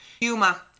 Yuma